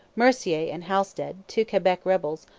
mercier and halsted, two quebec rebels,